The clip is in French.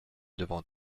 devant